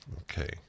Okay